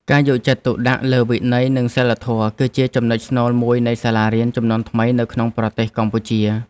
ការយកចិត្តទុកដាក់លើវិន័យនិងសីលធម៌គឺជាចំណុចស្នូលមួយនៃសាលារៀនជំនាន់ថ្មីនៅក្នុងប្រទេសកម្ពុជា។